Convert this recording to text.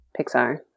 Pixar